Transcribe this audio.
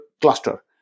cluster